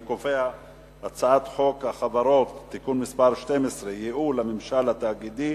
אני קובע שהצעת חוק החברות (תיקון מס' 12) (ייעול הממשל התאגידי),